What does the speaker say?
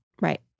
Right